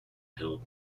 held